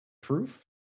proof